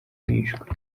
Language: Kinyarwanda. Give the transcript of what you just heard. bishwe